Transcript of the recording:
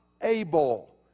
able